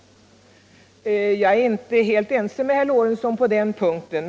Jag är inte helt överens med herr Lorentzon på den punkten.